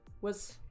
was-